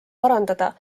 parandada